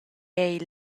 era